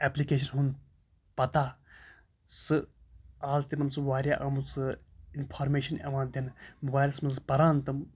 application ہُنٛد پَتہ سہٕ آز تِمَن سُہ واریاہ آمُت سُہ اِنفارمیشَن یِوان دِنہٕ موبایلَس منٛز پَران تِم